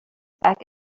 back